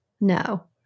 No